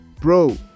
Bro